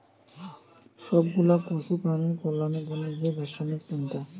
সব গুলা পশু প্রাণীর কল্যাণের জন্যে যে দার্শনিক চিন্তা